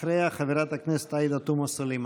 אחריה, חברת הכנסת עאידה תומא סלימאן.